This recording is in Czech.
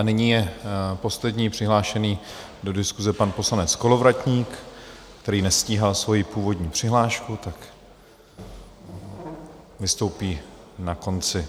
Nyní je poslední přihlášený do diskuse pan poslanec Kolovratník, který nestíhal svoji původní přihlášku, tak vystoupí na konci.